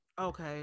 Okay